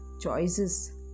Choices